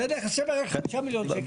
ושהנכס שווה חמישה מיליון שקל.